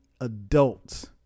adults